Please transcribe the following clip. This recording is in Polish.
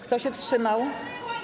Kto się wstrzymał?